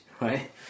right